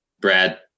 Brad